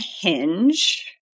Hinge